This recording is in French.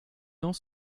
ans